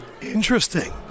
Interesting